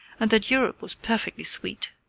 and that europe was perfectly sweet.